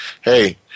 hey